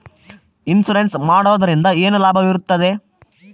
Insurance ಮಾಡೋದ್ರಿಂದ ಏನು ಲಾಭವಿರುತ್ತದೆ?